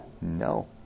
No